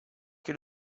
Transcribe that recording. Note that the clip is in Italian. che